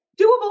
doable